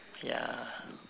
ya